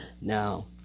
Now